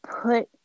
put